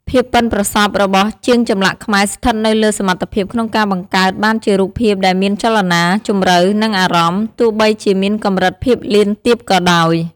ភាពប៉ិនប្រសប់របស់ជាងចម្លាក់ខ្មែរស្ថិតនៅលើសមត្ថភាពក្នុងការបង្កើតបានជារូបភាពដែលមានចលនា ជម្រៅ និងអារម្មណ៍ ទោះបីជាមានកម្រិតភាពលៀនទាបក៏ដោយ។